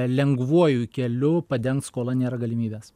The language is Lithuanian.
lengvuoju keliu padengt skolą nėra galimybės